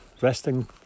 resting